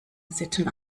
sitten